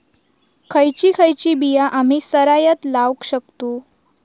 खयची खयची बिया आम्ही सरायत लावक शकतु?